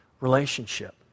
relationship